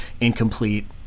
incomplete